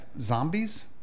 zombies